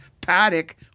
Paddock